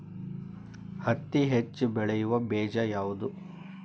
ಹತ್ತಿ ಹೆಚ್ಚ ಬೆಳೆಯುವ ಬೇಜ ಯಾವುದು?